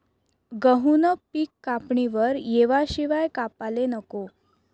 गहूनं पिक कापणीवर येवाशिवाय कापाले नको